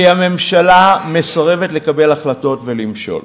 כי הממשלה מסרבת לקבל החלטות ולמשול.